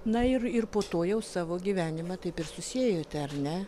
na ir ir po to jau savo gyvenimą taip ir susiejote ar ne